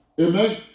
Amen